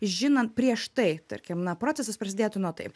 žinant prieš tai tarkim na procesas prasidėtų nuo taip